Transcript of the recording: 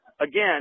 again